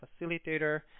Facilitator